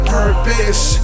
purpose